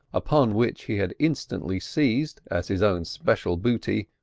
upon which he had instantly seized as his own special booty,